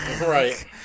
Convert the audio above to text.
Right